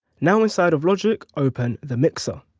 now inside of logic open the mixer.